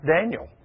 Daniel